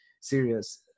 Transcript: serious